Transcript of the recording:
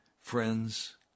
friends